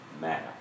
matter